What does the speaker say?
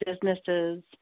businesses